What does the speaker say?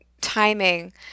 timing